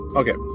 okay